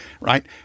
right